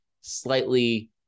slightly